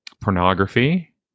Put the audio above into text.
pornography